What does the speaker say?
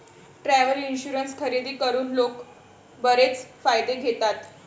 travel insurance खरेदी करून लोक बरेच फायदे घेतात